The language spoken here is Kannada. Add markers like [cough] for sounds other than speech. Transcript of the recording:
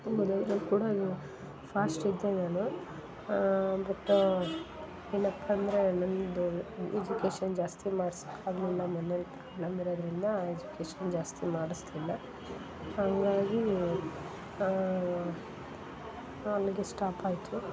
ಓದದ್ರಲ್ಲಿ ಕೂಡನು ಫಾಸ್ಟ್ ಇದ್ದೆ ನಾನು ಬಟ್ ಏನಪ್ಪ ಅಂದರೆ ನನ್ನದು ಎಜುಕೇಶನ್ ಜಾಸ್ತಿ ಮಾಡ್ಸೋಕಾಗಲಿಲ್ಲ ಮನೆಯಲ್ಲಿ [unintelligible] ಇರೋದರಿಂದ ಎಜುಕೇಶನ್ ಜಾಸ್ತಿ ಮಾಡಿಸ್ಲಿಲ್ಲ ಹಂಗಾಗಿ ಅಲ್ಲಿಗೆ ಸ್ಟಾಪ್ ಆಯಿತು